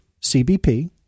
CBP